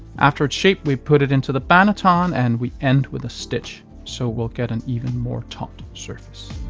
after it's shaped we put it into the banneton and we end with a stitch, so we'll get an even more taut surface.